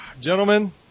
Gentlemen